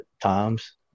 times